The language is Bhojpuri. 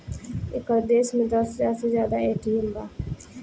एकर देश में दस हाजार से जादा ए.टी.एम बा